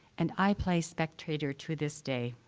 and i play spectator to this day,